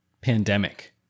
pandemic